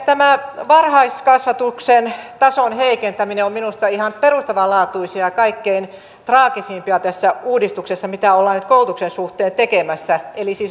tämä varhaiskasvatuksen tason heikentäminen on minusta ihan perustavanlaatuista kaikkein traagisinta tässä uudistuksessa mitä ollaan nyt koulutuksen suhteen tekemässä eli siis leikkaamisessa